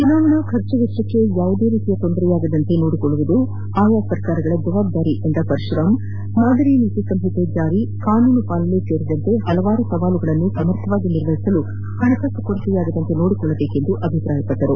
ಚುನಾವಣಾ ಖರ್ಚು ವೆಚ್ಚಕ್ಕೆ ಯಾವುದೇ ರೀತಿಯ ಡೊಂದರೆಯಾಗದಂತೆ ನೋಡಿಕೊಳ್ಳುವುದು ಆಯಾ ಸರ್ಕಾರಗಳ ಜವಾಬ್ದಾರಿ ಎಂದ ಪರಶುರಾಂ ಮಾದರಿ ನೀತಿಸಂಹಿತೆ ಜಾರಿ ಕಾನೂನು ಪಾಲನೆ ಸೇರಿದಂತೆ ಹಲವಾರು ಸವಾಲುಗಳನ್ನು ಸಮರ್ಥವಾಗಿ ನಿರ್ವಹಿಸಲು ಹಣಕಾಸು ಕೊರತೆಯಾಗದಂತೆ ನೋಡಿಕೊಳ್ಳಬೇಕೆಂದು ಅಭಿಪ್ರಾಯಪಟ್ಟರು